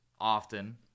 often